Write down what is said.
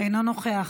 אינו נוכח,